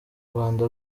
rwanda